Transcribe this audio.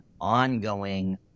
ongoing